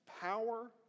power